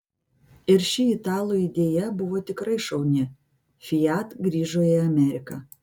ir ši italų idėja buvo tikrai šauni fiat grįžo į ameriką